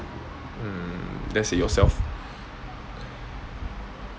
mm let's say yourself